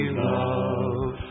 love